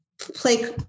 play